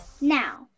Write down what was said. Now